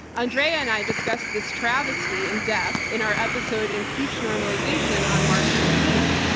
andrea and i discussed this travesty in depth in our episode impeach normalization on march fourteenth.